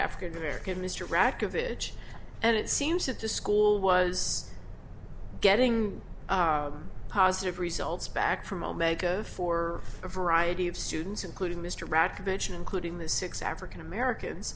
african american mr rack of it and it seems that the school was getting positive results back from omega for a variety of students including mr rat convention including the six african americans